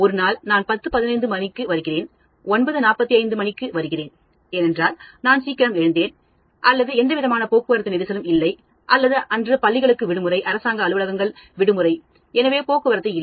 ஒருநாள் நான் 1015 மணிக்கு வருகிறேன் 945 மணிக்கு வருகிறேன் ஏனென்றால் நான் சீக்கிரம் எழுந்தேன் அல்லது எந்தவிதமான போக்குவரத்தும் இல்லை அல்லது அது பள்ளிகளுக்கு விடுமுறை அரசாங்க அலுவலகங்கள் எனவே போக்குவரத்து இல்லை